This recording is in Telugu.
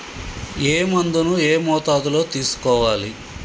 ఏ మందును ఏ మోతాదులో తీసుకోవాలి?